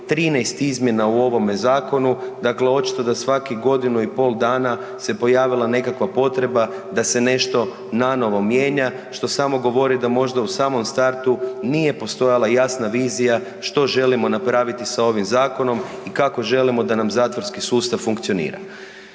13 izmjena u ovome zakonu, dakle, očito da svakih godinu i pol dana se pojavila nekakva potreba da se nešto nanovo mijenja što samo govori da možda u samom startu nije postojala jasna vizija što želimo napraviti sa ovim zakonom i kako želimo da nam zatvorski sustav funkcionira.